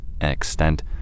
extent